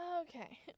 Okay